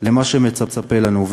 של מה שמצפה לנו.